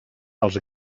els